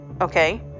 okay